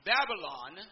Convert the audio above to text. Babylon